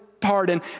Pardon